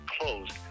closed